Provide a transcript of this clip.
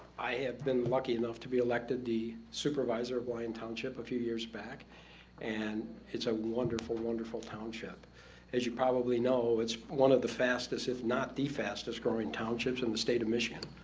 i have been lucky enough to be elected the supervisor of lion township, a few years back and it's a wonderful wonderful township as you probably know it's one of the fastest if not the fastest growing townships in the state of michigan,